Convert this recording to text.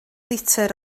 litr